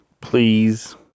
Please